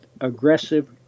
aggressive